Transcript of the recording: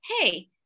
hey